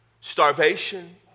starvation